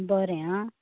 बरें आं